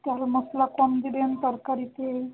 তারপর মশলা কম দেবেন তরকারিতে